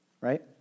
Right